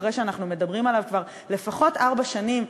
אחרי שאנחנו מדברים עליו כבר לפחות ארבע שנים,